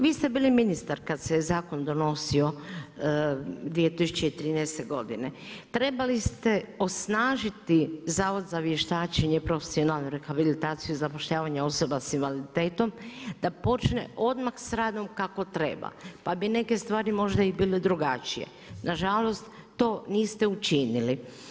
Vi ste bili ministar kada se zakon donosio 2013. godine, trebali ste osnažiti Zavod za vještačenje i profesionalnu rehabilitaciju i zapošljavanja osoba s invaliditetom da počne odmah s radom kako treba pa bi neke stvari možda bile drugačije, nažalost to niste učinili.